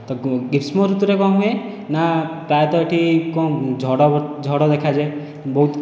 ତ ଗ୍ରୀଷ୍ମଋତୁରେ କ'ଣ ହୁଏ ନା ପ୍ରାୟତଃ ଏଠି କ'ଣ ଝଡ଼ ଝଡ଼ ଦେଖାଯାଏ ବହୁତ